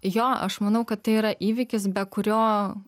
jo aš manau kad tai yra įvykis be kurio